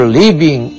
living